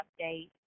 update